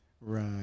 Right